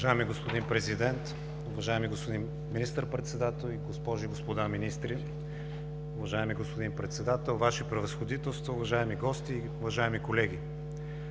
Уважаеми господин Президент, уважаеми господин Министър-председател, госпожи и господа министри, уважаеми господин Председател, уважаеми Ваши превъзходителства, уважаеми гости, уважаеми колеги!